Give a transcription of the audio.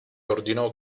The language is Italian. ordinò